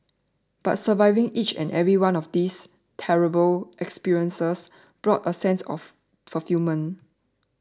but surviving each and every one of these terrible experiences brought a sense of fulfilment